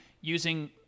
using